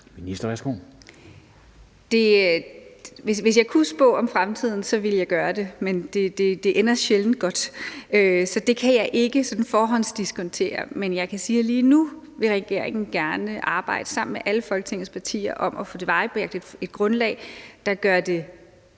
Mogensen): Hvis jeg kunne spå om fremtiden, ville jeg gøre det, men det ender sjældent godt, så det kan jeg ikke sådan forhåndsdiskontere. Men jeg kan sige, at lige nu vil regeringen gerne arbejde sammen med alle Folketingets partier om at få tilvejebragt et grundlag, der gør det